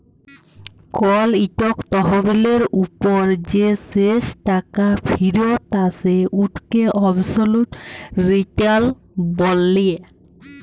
call ইকট তহবিলের উপর যে শেষ টাকা ফিরত আসে উটকে অবসলুট রিটার্ল ব্যলে